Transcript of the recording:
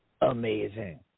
amazing